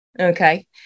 Okay